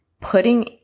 putting